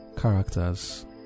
characters